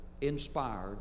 inspired